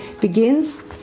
begins